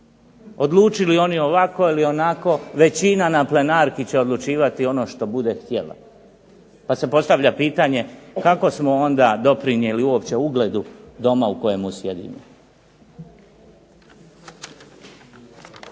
Odlučili oni ovako ili onako većina na plenarki će odlučivati ono što bude htjela. Pa se postavlja pitanje kako smo onda doprinijeli uopće ugledu Doma u kojemu sjedimo?